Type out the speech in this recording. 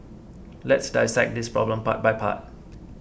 let's dissect this problem part by part